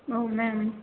औ मेम